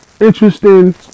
Interesting